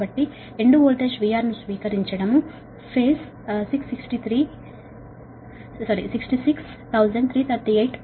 కాబట్టి స్వీకరించే end voltage VR ప్రతి ఫేజ్ కు 663 38